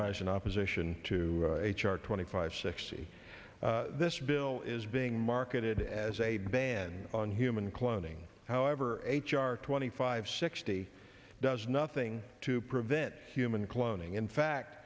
russian opposition to h r twenty five sixty this bill is being marketed as a ban on human cloning however h r twenty five sixty does nothing to prevent human cloning in fact